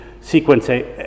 sequence